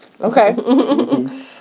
Okay